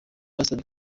pastor